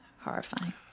horrifying